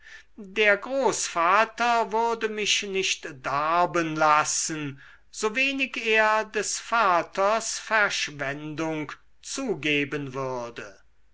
der großvater würde mich nicht darben lassen sowenig er des vaters verschwendung zugeben würde